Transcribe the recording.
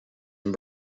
and